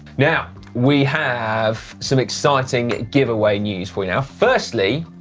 yeah we have some exciting giveaway news for you. know firstly,